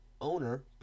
owner –